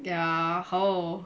ya how